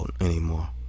anymore